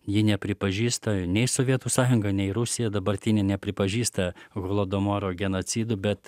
ji nepripažįsta nei sovietų sąjunga nei rusija dabartinė nepripažįsta holodomoro genocidu bet